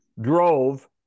drove